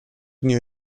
new